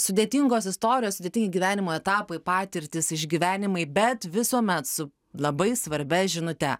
sudėtingos istorijos sudėtingi gyvenimo etapai patirtys išgyvenimai bet visuomet su labai svarbia žinute